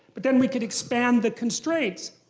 but then we could expand the constraints.